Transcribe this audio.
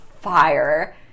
fire